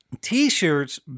T-shirts